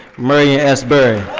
marion s. barry.